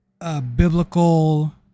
biblical